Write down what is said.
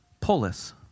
polis